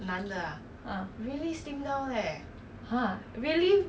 ah !huh!